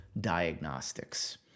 diagnostics